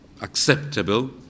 acceptable